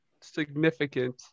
significant